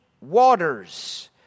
waters